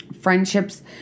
Friendships